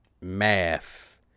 math